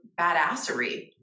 badassery